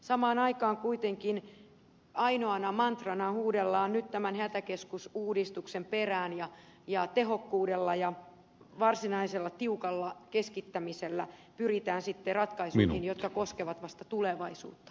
samaan aikaan kuitenkin ainoana mantrana huudellaan nyt tämän hätäkeskusuudistuksen perään ja tehokkuudella ja varsinaisella tiukalla keskittämisellä pyritään ratkaisuihin jotka koskevat vasta tulevaisuutta